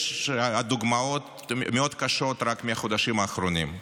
יש דוגמאות מאוד קשות רק מהחודשים האחרונים: